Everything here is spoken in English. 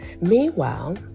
Meanwhile